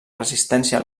resistència